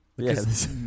Yes